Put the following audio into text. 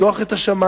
לפתוח את השמים,